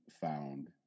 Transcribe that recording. found